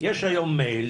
יש היום מייל,